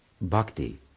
bhakti